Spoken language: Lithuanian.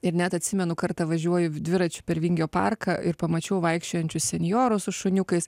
ir net atsimenu kartą važiuoju dviračiu per vingio parką ir pamačiau vaikščiojančius senjorus su šuniukais